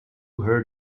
her